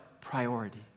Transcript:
Priority